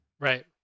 Right